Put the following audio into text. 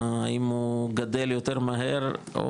האם הוא גדל יותר מהר,